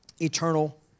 Eternal